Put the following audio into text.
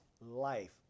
Life